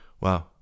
Wow